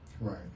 right